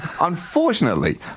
Unfortunately